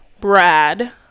Brad